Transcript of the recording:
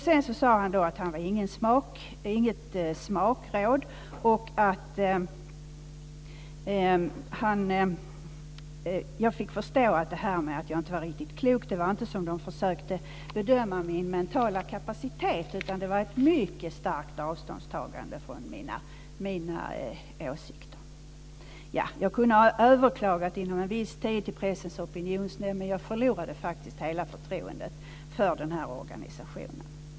Sedan sade han att han inte var något smakråd. Han sade att jag fick förstå att detta med att jag inte var riktigt klok inte var som om de försökte bedöma min mentala kapacitet, utan det var ett mycket starkt avståndstagande från mina åsikter. Jag kunde ha överklagat inom viss tid till Pressens opinionsnämnd, men jag förlorade faktiskt hela förtroendet för organisationen.